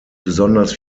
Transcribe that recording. besonders